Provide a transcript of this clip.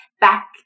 back